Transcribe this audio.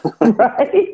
Right